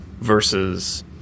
versus